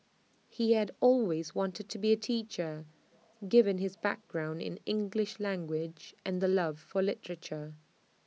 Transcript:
he had always wanted to be A teacher given his background in English language and love for literature